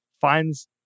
finds